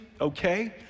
okay